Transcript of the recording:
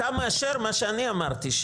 אתה מאשר מה שאני אמרתי,